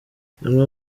zimwe